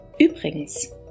Übrigens